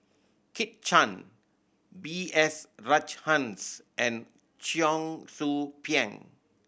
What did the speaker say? Kit Chan B S Rajhans and Cheong Soo Pieng